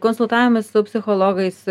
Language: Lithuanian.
konsultavomės su psichologais